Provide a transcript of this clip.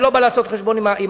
אני לא בא לעשות חשבון עם הליכוד,